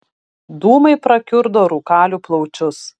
dūmai prakiurdo rūkalių plaučius